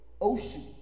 ocean